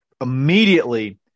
immediately –